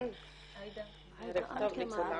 ערב טוב.